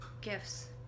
gifts